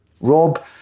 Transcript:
Rob